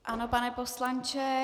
Ano, pane poslanče.